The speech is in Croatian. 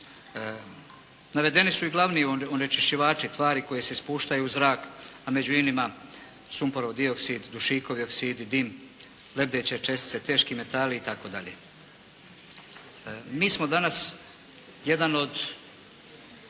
Navedeni su i glavni onečišćivači, tvari koje se spuštaju u zrak a među inima sumporov dioksid, dušikovi oksidi, dim, lebdeće čestice, teški metali itd. Mi smo danas jedan od